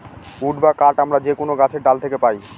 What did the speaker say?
would বা কাঠ আমরা যে কোনো গাছের ডাল থাকে পাই